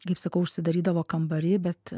kaip sakau užsidarydavo kambary bet